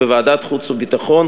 בוועדת החוץ והביטחון,